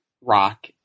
rock